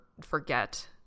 forget